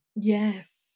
Yes